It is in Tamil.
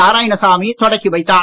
நாராயணசாமி தொடக்கி வைத்தார்